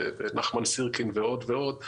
נחמן סירקין ועוד ועוד,